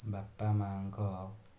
ବାପା ମାଆଙ୍କ